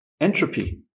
Entropy